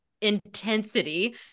intensity